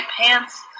pants